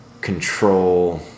control